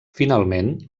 finalment